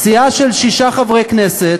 סיעה של שישה חברי כנסת,